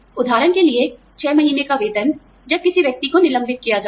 उदाहरण के लिए छह महीने का वेतन जब किसी व्यक्ति को निलंबित किया जाता है